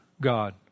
God